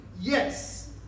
Yes